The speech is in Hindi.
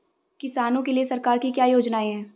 किसानों के लिए सरकार की क्या योजनाएं हैं?